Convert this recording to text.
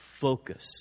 focus